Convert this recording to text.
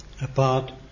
Apart